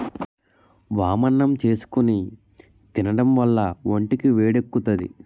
వామన్నం చేసుకుని తినడం వల్ల ఒంటికి వేడెక్కుతాది